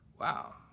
wow